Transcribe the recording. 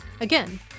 Again